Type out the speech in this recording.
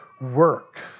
works